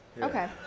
Okay